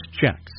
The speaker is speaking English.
checks